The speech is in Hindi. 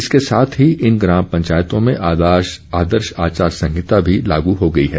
इसके साथ ही इन ग्राम पंचायतों में आदर्श आचार संहिता भी लागू हो गई है